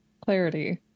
Clarity